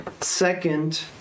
Second